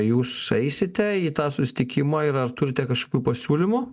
jūs eisite į tą susitikimą ir ar turite kažkokių pasiūlymų